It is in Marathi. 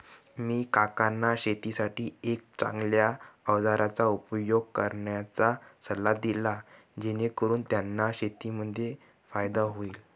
मी काकांना शेतीसाठी एक चांगल्या अवजारांचा उपयोग करण्याचा सल्ला दिला, जेणेकरून त्यांना शेतीमध्ये फायदा होईल